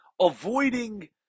avoiding